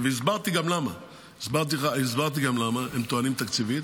הסברתי גם למה הם טוענים תקציבית.